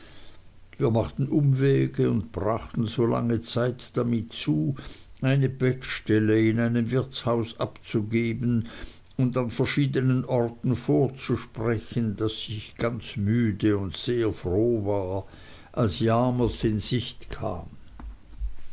wir machten umwege und brauchten solange zeit damit zu eine bettstelle in einem wirtshaus abzugeben und an verschiedenen orten vorzusprechen daß ich ganz müde und sehr froh war als yarmouth in sicht kam